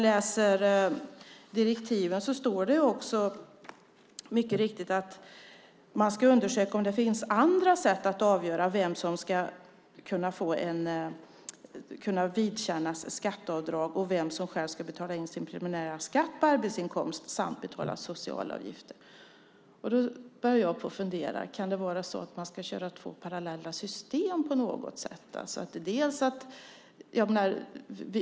I direktiven står det, mycket riktigt, att man ska undersöka om det finns andra sätt att avgöra vem som ska vidkännas skatteavdrag och vem som själv ska betala in sin preliminära skatt på arbetsinkomst samt betala sociala avgifter. Nu börjar jag att fundera. Kan det vara så att man ska köra två parallella system?